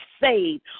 saved